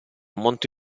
molto